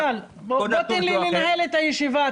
--- תן לי לנהל את הישיבה.